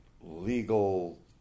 legal